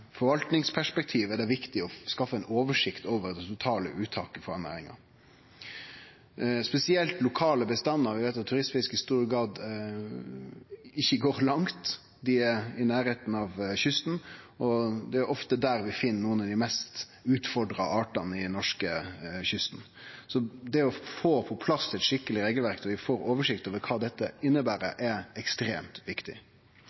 forvaltningsperspektiv er det viktig å få fram ei oversikt over det totale uttaket i denne næringa. Og spesielt lokale bestandar: Vi veit at turistfiskarane i stor grad ikkje går langt. Dei er i nærleiken av kysten, og det er ofte der vi finn nokre av dei mest utfordra artane langs norskekysten. Det å få på plass eit skikkeleg regelverk og ei oversikt over kva dette inneber, er ekstremt viktig.